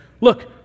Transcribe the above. look